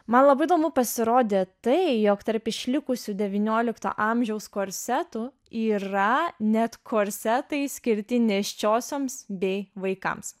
man labai įdomu pasirodė tai jog tarp išlikusių devyniolikto amžiaus korsetų yra net korsetai skirti nėščiosioms bei vaikams